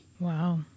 Wow